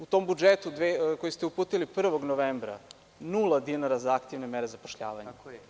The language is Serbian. U tom budžetu koji ste uputili 1. novembra, nula dinara za aktivne mere zapošljavanja.